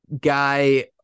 guy